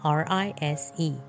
r-i-s-e